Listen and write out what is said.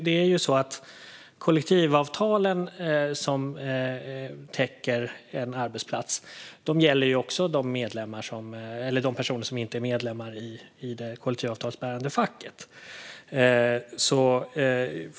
De kollektivavtal som gäller på en arbetsplats gäller ju även de personer som inte är medlemmar i det kollektivavtalsbärande facket.